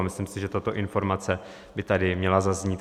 A myslím si, že tato informace by tady měla zaznít.